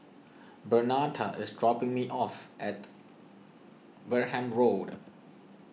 Bernetta is dropping me off at Wareham Road